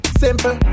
simple